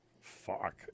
Fuck